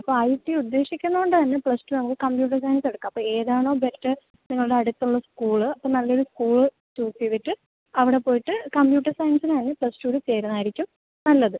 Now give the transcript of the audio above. അപ്പൊൾ I T ഉദ്ദേശിക്കുന്ന കൊണ്ട് തന്നെ പ്ലസ്ടൂ നമുക്ക് കമ്പ്യൂട്ടർ സയൻസ് എടുക്കാം അപ്പൊൾ ഏതാണോ ബെറ്റെർ നിങ്ങൾടെ അടുത്തൊള്ള സ്കൂള് അപ്പൊൾ നല്ലൊരു സ്കൂള് ചൂസ് ചെയ്തിട്ട് അവിടെ പോയിട്ട് കമ്പ്യൂട്ടർ സയൻസിനായി പ്ലസ്ടൂവില് ചേരുന്നതായിരിക്കും നല്ലത്